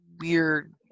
weird